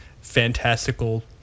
fantastical